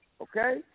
Okay